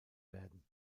werden